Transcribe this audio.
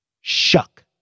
Shuck